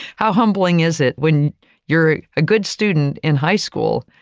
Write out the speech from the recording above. how humbling is it when you're a good student in high school,